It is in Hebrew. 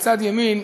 בצד ימין,